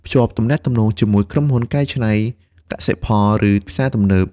ភ្ជាប់ទំនាក់ទំនងជាមួយក្រុមហ៊ុនកែច្នៃកសិផលឬផ្សារទំនើប។